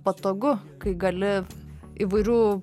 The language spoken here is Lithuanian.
patogu kai gali įvairių